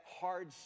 hard